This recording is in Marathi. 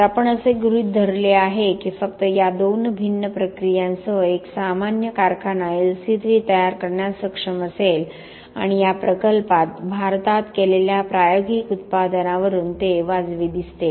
तर आपण असे गृहीत धरले आहे की फक्त या दोन भिन्न प्रक्रियांसह एक सामान्य कारखानाLC3 तयार करण्यास सक्षम असेल आणि या प्रकल्पात भारतात केलेल्या प्रायोगिक उत्पादनावरून ते वाजवी दिसते